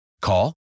Call